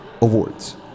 awards